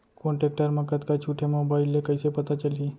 कोन टेकटर म कतका छूट हे, मोबाईल ले कइसे पता चलही?